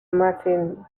martin